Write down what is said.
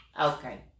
Okay